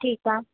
ठीकु आहे